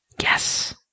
Yes